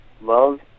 love